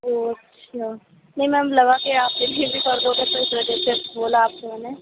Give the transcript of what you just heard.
او اچھا نہیں میم لگا کے آپ ڈلیوری کر دوگے تو اِس وجہ سے بولا آپ سے میں نے